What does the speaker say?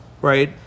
right